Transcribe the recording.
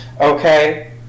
okay